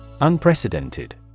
Unprecedented